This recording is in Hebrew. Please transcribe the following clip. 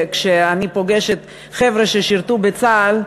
שם אני פוגשת חבר'ה ששירתו בצה"ל,